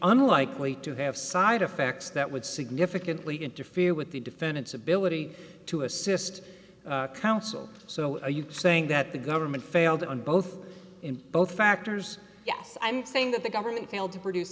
unlikely to have side effects that would significantly interfere with the defendant's ability to assist counsel so are you saying that the government failed on both in both factors yes i'm saying that the government failed to produce